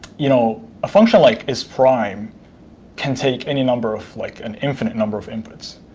you know a function like isprime can take any number of like an infinite number of inputs.